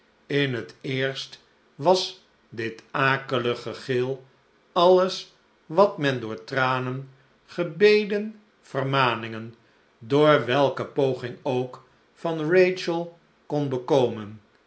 in het eerst was dit akelig gegil alles wat men door tranen gebeden vermaningen door welke poging ook van rachel kon bekomen